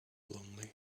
lonely